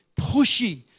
pushy